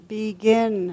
begin